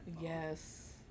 Yes